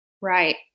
Right